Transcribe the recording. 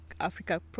africa